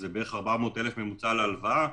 שזה בערך 400,000 בממוצע להלוואה,